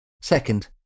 Second